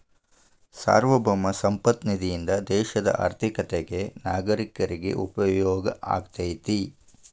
ಸಾರ್ವಭೌಮ ಸಂಪತ್ತ ನಿಧಿಯಿಂದ ದೇಶದ ಆರ್ಥಿಕತೆಗ ನಾಗರೇಕರಿಗ ಉಪಯೋಗ ಆಗತೈತಿ